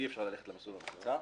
אי אפשר ללכת למסלול המקוצר,